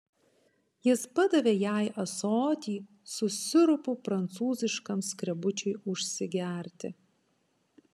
jis padavė jai ąsotį su sirupu prancūziškam skrebučiui užsigerti